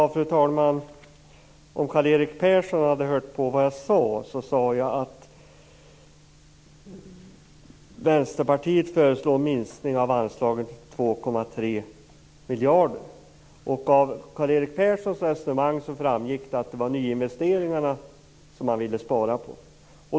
Fru talman! Karl-Erik Persson hörde inte på vad jag sade, att Vänsterpartiet föreslår en minskning av anslaget med 2,3 miljarder. Av Karl-Erik Perssons resonemang framgick att det var nyinvesteringarna som man vill spara på.